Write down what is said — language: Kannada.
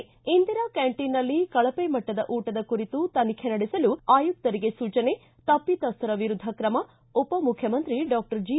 ಿಂ ಇಂದಿರಾ ಕ್ವಾಂಟೀನ್ನಲ್ಲಿ ಕಳಪೆ ಮಟ್ಟದ ಊಟದ ಕುರಿತು ತನಿಖೆ ನಡೆಸಲು ಆಯುಕ್ತರಿಗೆ ಸೂಚನೆ ತಪ್ಪಿತಸ್ವರ ವಿರುದ್ದ ಕ್ರಮ ಉಪ ಮುಖ್ಚಮಂತ್ರಿ ಡಾಕ್ಟರ್ ಜಿ